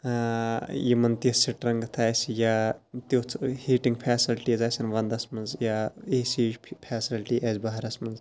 یِمَن تِژھ سٹرینٛگتھ آسہِ یا تیُتھ ہیٖٹِنٛگ پھیسَلٹیٖز آسَن وَندَس مَنٛز یا اے سی یِچ پھیسَلٹی آسہِ بَہارَس مَنٛز